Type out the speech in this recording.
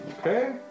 Okay